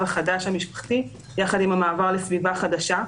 החדש המשפחתי יחד עם המעבר לסביבה חדשה.